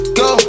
go